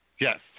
Yes